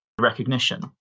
recognition